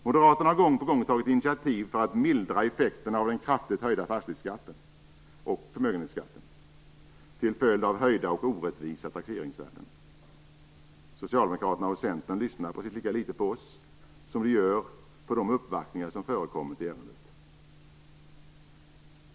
Moderaterna har gång på gång tagit initiativ för att mildra effekterna av den kraftigt höjda fastighetsskatten och förmögenhetskatten till följd av höjda och orättvisa taxeringsvärden. Socialdemokraterna och Centern lyssnar precis lika litet på oss som de gjort i samband med de uppvaktningar som förekommit i ärendet.